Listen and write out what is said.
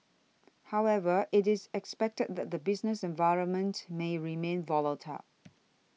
however it is expected that the business environment may remain volatile